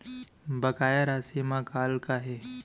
बकाया राशि मा कॉल का हे?